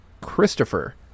Christopher